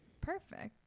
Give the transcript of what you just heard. Perfect